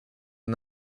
and